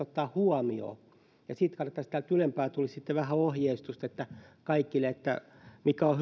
ottaa huomioon ja sitten täältä ylempää tulisi vähän ohjeistusta kaikille että mikä on